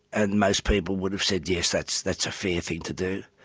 and most people would have said yes, that's that's a fair thing to do.